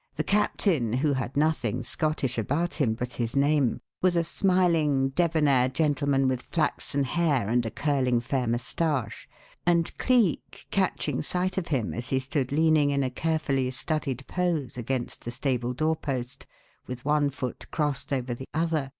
the captain, who had nothing scottish about him but his name, was a smiling, debonnaire gentleman with flaxen hair and a curling, fair moustache and cleek, catching sight of him as he stood leaning, in a carefully studied pose, against the stable door-post with one foot crossed over the other,